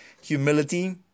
Humility